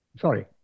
Sorry